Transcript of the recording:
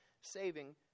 saving